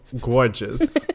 gorgeous